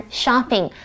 shopping